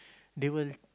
they will